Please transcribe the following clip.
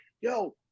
yo